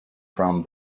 from